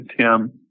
Tim